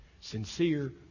Sincere